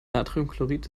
natriumchlorid